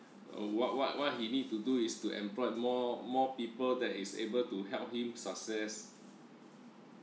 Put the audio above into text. uh what what what he needs to do is to employ more more people that is able to help him success